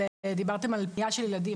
דיברתם על פנייה של ילדים,